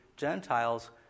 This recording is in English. Gentiles